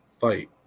fight